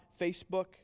Facebook